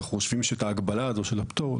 אנחנו חושבים שאת ההגבלה הזאת של הפטור,